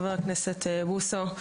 חבר הכנסת בוסו,